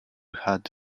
had